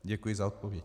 Děkuji za odpověď.